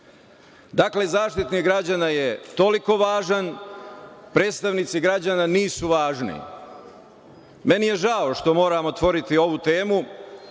Dakle, Zaštitnik građana je toliko važan, predstavnici građana nisu važni. Meni je žao što moram otvoriti ovu temu